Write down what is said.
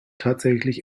tatsächlich